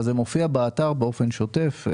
זה מופיע באתר באופן שוטף.